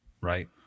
right